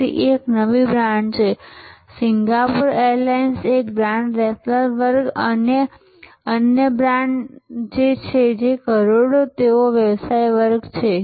તેથી તે એક નવી બ્રાન્ડ છે સિંગાપોર એરલાઇન્સ એક બ્રાન્ડ રેફલ્સ વર્ગ અન્ય બ્રાન્ડ છે જે કરોડો તેઓ વ્યવસાય વર્ગ છે